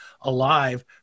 alive